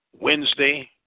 Wednesday